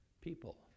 people